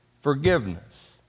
Forgiveness